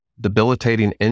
debilitating